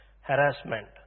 harassment